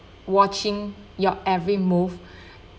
watching your every move